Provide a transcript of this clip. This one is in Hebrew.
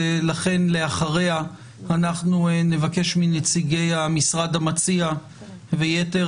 לכן לאחריה נבקש מנציגי המשרד המציע ויתר